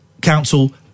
Council